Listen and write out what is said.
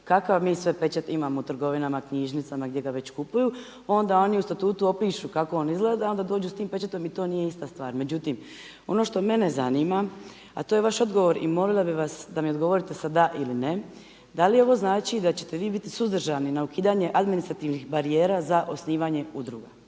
kakav mi sve pečat imamo u trgovinama, knjižnicama gdje ga već kupuju. Onda oni u Statutu opišu kako on izgleda, onda dođu sa tim pečatom i to nije ista stvar. Međutim, ono što mene zanima a to je vaš odgovor i molila bih vas da mi odgovorite sa da ili ne. Da li ovo znači da ćete vi biti suzdržani na ukidanje administrativnih barijera za osnivanje udruga?